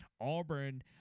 Auburn